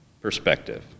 perspective